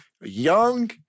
young